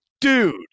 dude